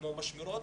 כמו משמרות,